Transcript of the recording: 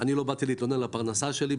לא באתי להתלונן על הפרנסה שלי,